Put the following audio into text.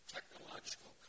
Technological